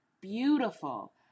beautiful